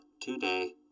today